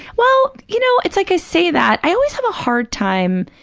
well, you know, it's like i say that, i always have a hard time,